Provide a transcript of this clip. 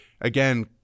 Again